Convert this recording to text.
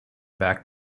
back